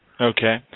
Okay